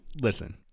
listen